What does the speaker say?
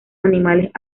animales